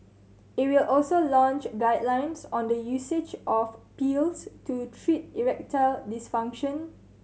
it will also launch guidelines on the usage of pills to treat erectile dysfunction